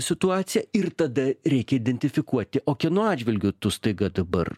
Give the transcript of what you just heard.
situaciją ir tada reikia identifikuoti o kieno atžvilgiu tu staiga dabar